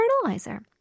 fertilizer